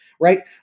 right